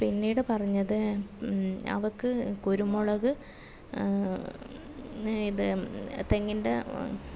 പിന്നീട് പറഞ്ഞത് അവൾക്ക് കുരുമുളക് ഇത് തെങ്ങിന്റെ